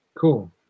Cool